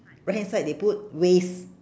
right hand side they put with waste